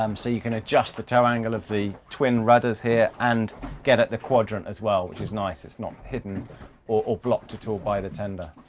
um so you can adjust the tower angle of the twin rudders here and at the quadrant as well, which is nice, it's not hidden or blocked at all by the tender,